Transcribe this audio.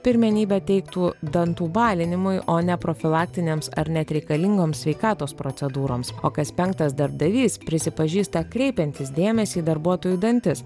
pirmenybę teiktų dantų balinimui o ne profilaktinėms ar net reikalingoms sveikatos procedūroms o kas penktas darbdavys prisipažįsta kreipiantis dėmesį į darbuotojų dantis